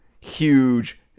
huge